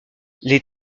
les